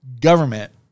Government